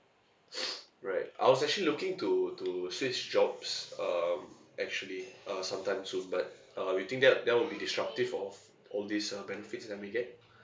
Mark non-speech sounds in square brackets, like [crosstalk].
[noise] right I was actually looking to to switch jobs um actually uh sometime soon but uh you think that that will be disruptive of all these uh benefits that we get